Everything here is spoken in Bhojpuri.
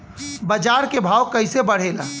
बाजार के भाव कैसे बढ़े ला?